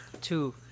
Two